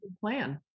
plan